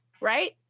Right